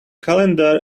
calendar